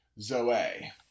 Zoe